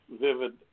vivid